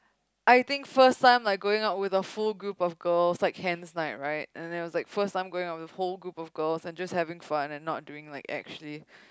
I think first time I'm going out with a full group of girls like hens night right first time going out with a whole group of girls just having fun and not doing actually